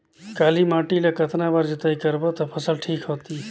काली माटी ला कतना बार जुताई करबो ता फसल ठीक होती?